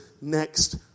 next